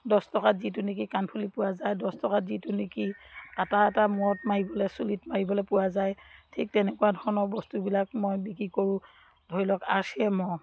দহটকাত যিটো নেকি কাণফুলি পোৱা যায় দহ টকাত যিটো নেকি এটা এটা মূৰত মাৰিবলৈ চুলিত মাৰিবলৈ পোৱা যায় ঠিক তেনেকুৱা ধৰণৰ বস্তুবিলাক মই বিক্ৰী কৰোঁ ধৰি লওক আৰ চি এমৰ